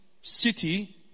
city